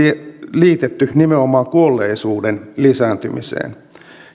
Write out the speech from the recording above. liitetty nimenomaan kuolleisuuden lisääntymiseen